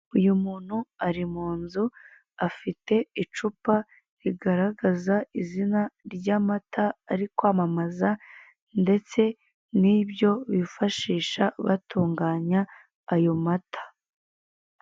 Uyu muntu ari munzu afite icupa rigaragaza izina ry'amata ari kwamamaza ndetse n'ibyo bifashisha batunganya ayo mata.